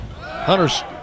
Hunter's